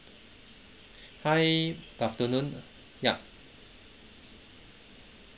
hi good afternoon yup